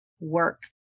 work